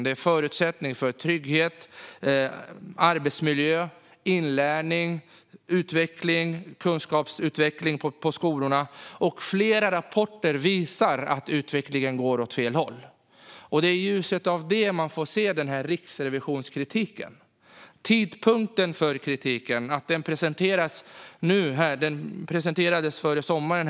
Det är en förutsättning för trygghet, god arbetsmiljö, inlärning, utveckling och kunskapsutveckling på skolorna. Flera rapporter visar att utvecklingen går åt fel håll, och det är i ljuset av detta man får se Riksrevisionens kritik. Skolinspektionens uppföljning av brister i skolor Kritiken presenterades före sommaren.